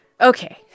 Okay